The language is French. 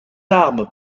armes